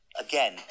again